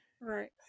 Right